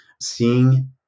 seeing